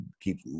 keep